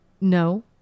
No